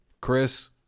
Chris